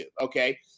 Okay